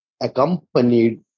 accompanied